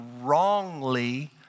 wrongly